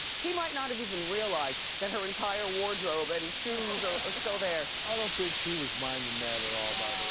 he might not have even realized that her entire wardrobe and shoes are are still there. i don't think he was minding that at all